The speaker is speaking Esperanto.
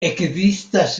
ekzistas